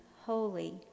holy